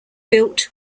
built